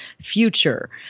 future